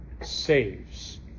saves